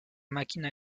máquina